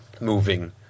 moving